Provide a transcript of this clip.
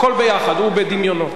הכול יחד, הוא בדמיונות.